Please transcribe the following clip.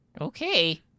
Okay